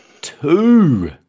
Two